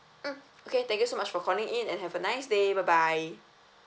mm okay thank you so much for calling in and have a nice day bye bye